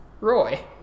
Roy